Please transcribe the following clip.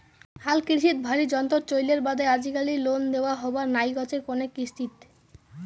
হালকৃষিত ভারী যন্ত্রর চইলের বাদে আজিকালি লোন দ্যাওয়া হবার নাইগচে কণেক কিস্তিত